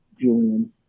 Julian